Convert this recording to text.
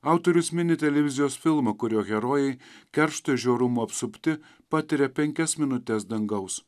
autorius mini televizijos filmą kurio herojai keršto žiaurumo apsupti patiria penkias minutes dangaus